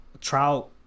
Trout